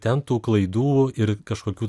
ten tų klaidų ir kažkokių